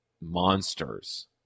monsters